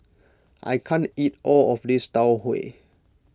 I can't eat all of this Tau Huay